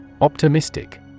Optimistic